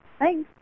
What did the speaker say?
Thanks